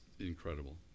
incredible